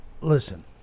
listen